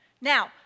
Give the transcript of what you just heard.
Now